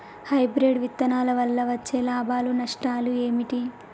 Hybrid విత్తనాల వల్ల వచ్చే లాభాలు నష్టాలు ఏమిటి?